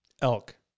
Elk